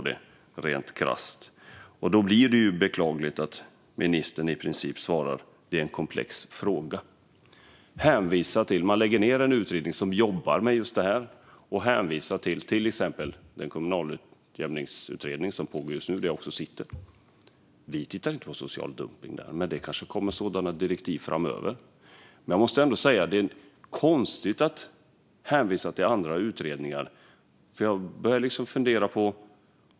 Det är beklagligt att ministern i princip bara svarar att det är en komplex fråga. Man lägger ned en utredning som jobbar med just detta och hänvisar till exempelvis kommunalutjämningsutredningen som pågår nu och som jag också sitter med i. Vi tittar inte på social dumpning där. Men det kanske kommer sådana direktiv framöver. Det är konstigt att hänvisa till andra utredningar. Jag börjar fundera.